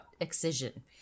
Excision